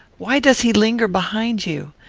why does he linger behind you?